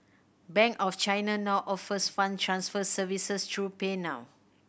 bank of China now offers fund transfer services through PayNow